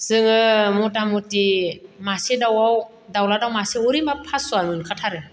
जोङो मथा मथि मासे दाउआव दाउज्ला दाउ मासे ओरैनोब्लाबो फास'आ मोनखाथारो